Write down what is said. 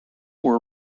were